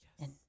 yes